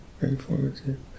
informative